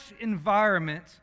environment